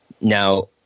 Now